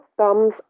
thumbs